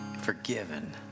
forgiven